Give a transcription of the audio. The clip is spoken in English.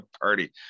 Party